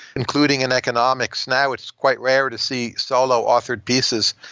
including in economics. now it's quite rare to see solo authored pieces.